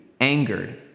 angered